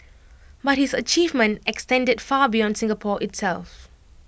but his achievement extended far beyond Singapore itself